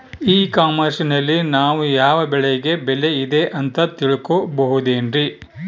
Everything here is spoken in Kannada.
ಇ ಕಾಮರ್ಸ್ ನಲ್ಲಿ ನಾವು ಯಾವ ಬೆಳೆಗೆ ಬೆಲೆ ಇದೆ ಅಂತ ತಿಳ್ಕೋ ಬಹುದೇನ್ರಿ?